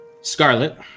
Scarlet